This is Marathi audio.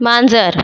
मांजर